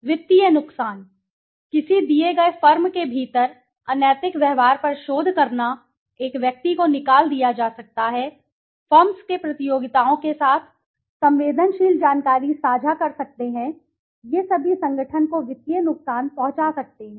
वित्तीय नुकसान किसी दिए गए फर्म के भीतर अनैतिक व्यवहार पर शोध करना एक व्यक्ति को निकाल दिया जा सकता है फर्म्स के प्रतियोगियों के साथ संवेदनशील जानकारी साझा कर सकते हैं ये सभी संगठन को वित्तीय नुकसान पहुंचा सकते हैं